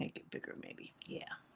it bigger, maybe, yeah,